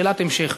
שאלת המשך.